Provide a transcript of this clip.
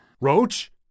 Roach